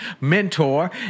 mentor